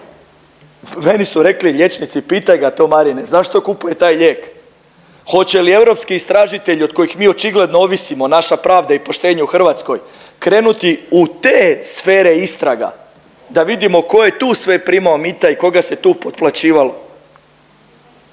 Meni su rekli liječnici pitaj ga to Marine zašto kupuje taj lijek? Hoće li europski istražitelji od kojih mi očigledno ovisimo, naša pravda i poštenje u Hrvatskoj krenuti u te sfere istraga da vidimo tko je tu sve primao mita i koga se tu potplaćivalo.